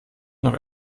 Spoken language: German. noch